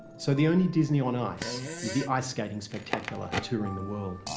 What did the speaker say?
so the only disney on ice is the ice-skating spectacular touring the world.